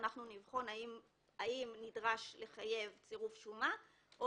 אנחנו נבחן האם נדרש לחייב פירוט שומה או